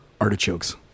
artichokes